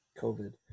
COVID